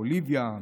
בוליביה,